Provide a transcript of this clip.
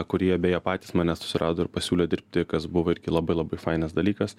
kurie beje patys mane susirado ir pasiūlė dirbti kas buvo irgi labai labai fainas dalykas